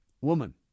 woman